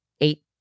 Eight